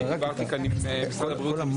אני דיברתי עם משרד הבריאות,